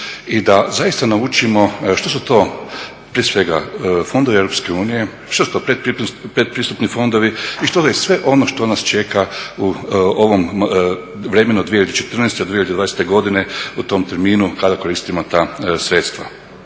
i da zaista naučimo što su to, prije svega, fondovi EU, što su to pretpristupni fondovi i što je sve ono što nas čeka u ovom vremenu od 2014. do 2020. godine u tom terminu kada koristimo ta sredstva.